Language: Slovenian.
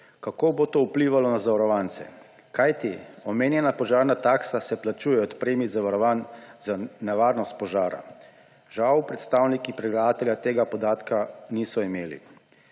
kako bo to vplivalo na zavarovance. Kajti, omenjena požarna taksa se plačuje od premij zavarovanj za nevarnost požara. Žal predstavniki predlagatelja tega podatka niso imeli.